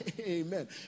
Amen